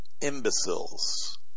imbeciles